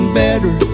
better